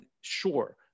sure